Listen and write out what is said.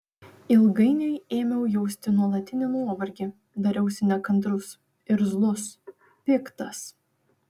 ilgainiui ėmiau jausti nuolatinį nuovargį dariausi nekantrus irzlus piktas